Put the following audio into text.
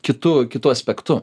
kitu kitu aspektu